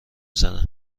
زنه